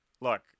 look